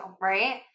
right